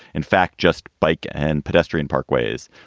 in fact, just bike and pedestrian parkways